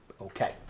Okay